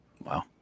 Wow